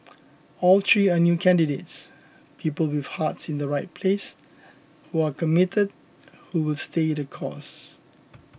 all three are new candidates people with hearts in the right place who are committed who will stay the course